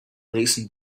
reason